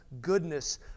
goodness